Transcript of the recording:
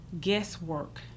guesswork